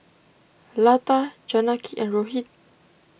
Lata Janaki and Rohit